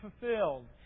fulfilled